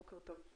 בוקר טוב,